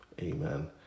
Amen